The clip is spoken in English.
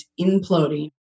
imploding